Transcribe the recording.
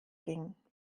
ging